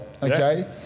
Okay